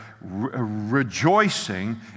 rejoicing